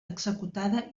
executada